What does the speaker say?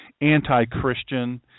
anti-Christian